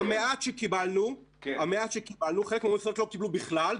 המעט שקיבלנו חלק מהמוסדות לא קיבלו בכלל,